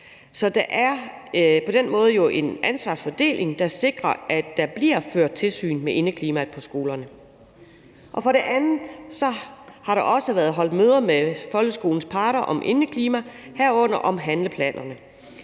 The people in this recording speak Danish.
Så der er på den måde jo en ansvarsfordeling, der sikrer, at der bliver ført tilsyn med indeklimaet på skolerne. Derudover har der også været holdt møder med folkeskolens parter om indeklimaet, herunder om handleplanerne.